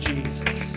Jesus